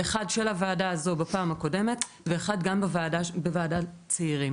אחד של הוועדה הזאת בפעם הקודמת ואחד גם בוועדה המיוחדת לענייני צעירים